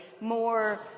more